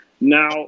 Now